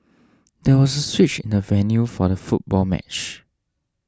there was a switch in the venue for the football match